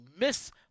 Miss